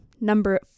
Number